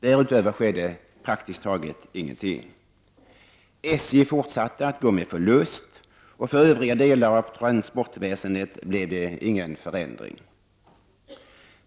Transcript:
Därutöver skedde praktiskt taget ingenting. SJ fortsatte att gå med förlust, och för övriga delar av transportväsendet blev det ingen förändring.